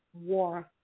war